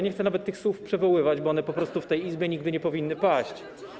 Nie chcę nawet tych słów przywoływać, bo one po prostu w tej Izbie nigdy nie powinny paść.